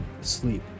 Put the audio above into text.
sleep